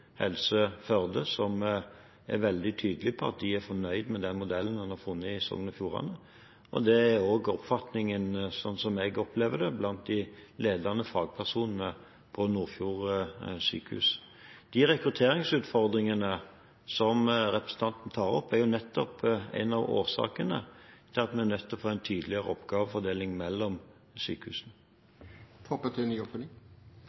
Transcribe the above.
Helse Førde, som er veldig tydelig på at de er fornøyd med den modellen en har funnet i Sogn og Fjordane, og det er også oppfatningen, slik jeg opplever det, blant de ledende fagpersonene på Nordfjord sjukehus. De rekrutteringsutfordringene som representanten tar opp, er jo nettopp en av årsakene til at vi er nødt til å få en tydeligere oppgavefordeling mellom sykehusene.